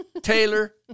Taylor